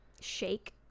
Shake